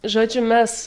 žodžiu mes